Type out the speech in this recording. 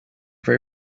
very